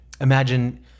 Imagine